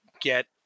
get